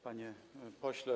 Panie Pośle!